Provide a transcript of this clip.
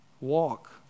Walk